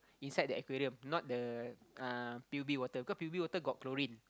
inside the aquarium not the uh p_u_b water cause p_u_b water got chlorine